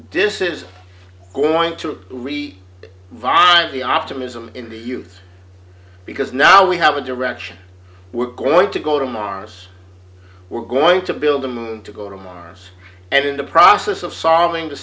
decision going to re via the optimism in the youth because now we have a direction we're going to go to mars we're going to build the moon to go to mars and in the process of solving the